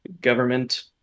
government